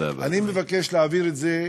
אני מבקש להעביר את זה,